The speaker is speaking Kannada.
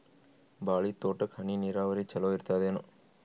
ಬಾಳಿ ತೋಟಕ್ಕ ಹನಿ ನೀರಾವರಿ ಚಲೋ ಇರತದೇನು?